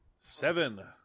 Seven